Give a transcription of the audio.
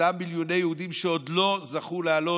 אותם מיליוני יהודים שעוד לא זכו לעלות,